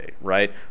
right